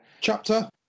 Chapter